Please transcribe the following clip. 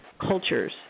cultures